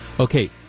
Okay